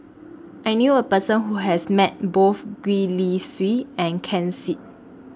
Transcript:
I knew A Person Who has Met Both Gwee Li Sui and Ken Seet